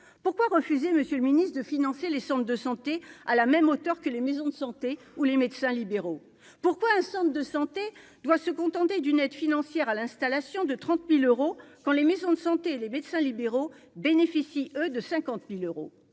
pourquoi refusez, Monsieur le Ministre, de financer les centres de santé à la même hauteur que les maisons de santé où les médecins libéraux, pourquoi un centre de santé doit se contenter d'une aide financière à l'installation de 30000 euros quand les maisons de santé, les médecins libéraux bénéficient eux de 50000 euros